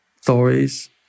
stories